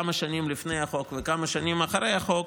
כמה שנים לפני החוק וכמה שנים אחרי החוק,